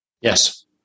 Yes